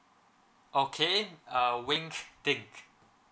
okay uh wing ding